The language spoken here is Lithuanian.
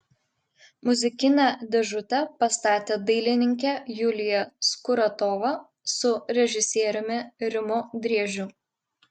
muzikinę dėžutę pastatė dailininkė julija skuratova su režisieriumi rimu driežiu